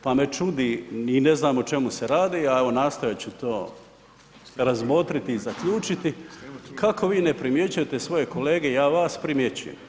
Pa me čudi, ni ne znam o čemu se radi, a evo nastojat ću to razmotriti i zaključiti kako vi ne primjećujete svoje kolege, ja vas primjećujem.